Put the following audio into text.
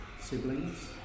siblings